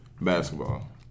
Basketball